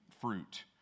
fruit